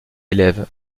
élèves